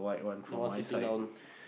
the one sitting down